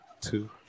two